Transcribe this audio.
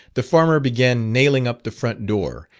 the farmer began nailing up the front door,